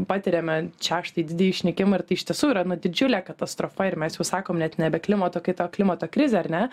patiriame šeštąjį didįjį išnykimą ir tai iš tiesų yra nu didžiulė katastrofa ir mes jau sakom net nebe klimato kaita klimato krizė ar ne